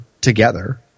together